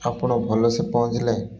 ଆପଣ ଭଲସେ ପହଞ୍ଚିଲେ